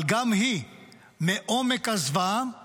אבל גם היא מעומק הזוועה